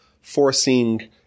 forcing